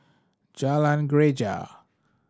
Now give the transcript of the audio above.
Jalan Greja